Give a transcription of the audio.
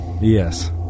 Yes